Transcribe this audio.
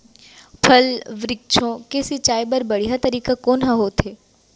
फल, वृक्षों के सिंचाई बर बढ़िया तरीका कोन ह होथे?